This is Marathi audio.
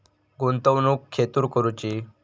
गुंतवणुक खेतुर करूची?